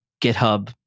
GitHub